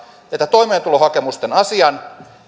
että toimeentulotukihakemusten asian